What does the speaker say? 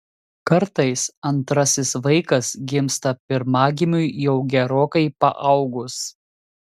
kartais antrasis vaikas gimsta pirmagimiui jau gerokai paaugus